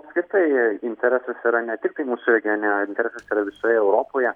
apskritai interesas yra ne tiktai mūsų regione interesas yra visoje europoje